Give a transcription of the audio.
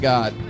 God